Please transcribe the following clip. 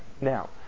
Now